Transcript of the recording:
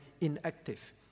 inactive